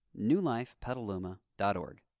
newlifepetaluma.org